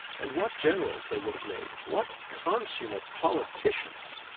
and what generals they would have made! what consummate politicians!